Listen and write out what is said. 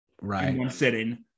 Right